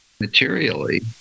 materially